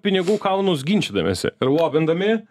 pinigų kalnus ginčydamiesi ir lobindami